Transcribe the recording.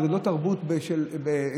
זו לא תרבות גשמית,